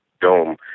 dome